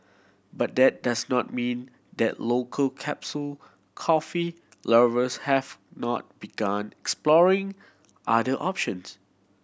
but that does not mean that local capsule coffee lovers has not begun exploring other options